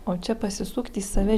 o čia pasisukt į save